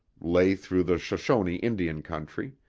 lay through the shoshone indian country,